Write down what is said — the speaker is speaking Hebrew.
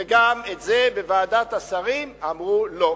וגם על זה בוועדת השרים אמרו לא.